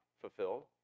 fulfilled